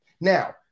Now